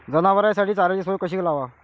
जनावराइसाठी चाऱ्याची सोय कशी लावाव?